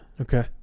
Okay